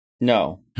No